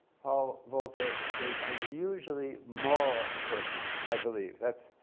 paul volcker is unusually moral person, i believe that's,